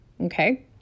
Okay